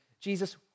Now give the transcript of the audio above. Jesus